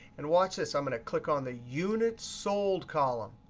and watch this. i'm going to click on the unitssold column.